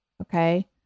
Okay